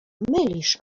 mylisz